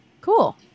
cool